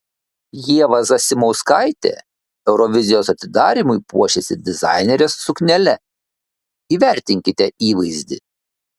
ieva zasimauskaitė eurovizijos atidarymui puošėsi dizainerės suknele įvertinkite įvaizdį